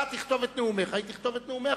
אתה תכתוב את נאומיך והיא תכתוב את נאומיה,